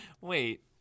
wait